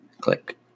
Click